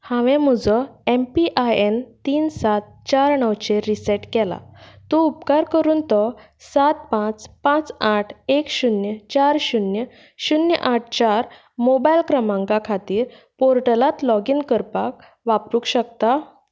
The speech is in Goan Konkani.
हांवें म्हजो एम पी आय एन तीन सात चार णवचेर रीसेट केला तूं उपकार करून तो सात पांच पांच आठ एक शुन्य चार शुन्य शुन्य आठ चार मोबायल क्रमांका खातीर पोर्टलांत लॉगीन करपाक वापरूंक शकता